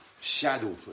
Shadow